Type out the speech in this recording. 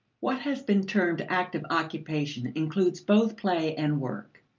what has been termed active occupation includes both play and work.